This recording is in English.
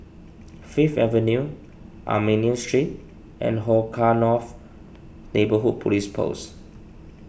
Fifth Avenue Armenian Street and Hong Kah North Neighbourhood Police Post